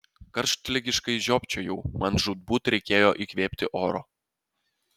karštligiškai žiopčiojau man žūtbūt reikėjo įkvėpti oro